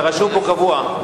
אתה רשום פה קבוע.